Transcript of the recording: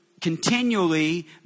continually